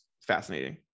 fascinating